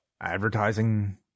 advertising